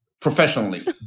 professionally